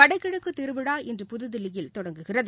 வடகிழக்குதிருவிழா இன்று புதுதில்லியில் தொடங்குகிறது